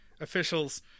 officials